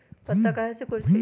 पत्ता काहे सिकुड़े छई?